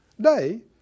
day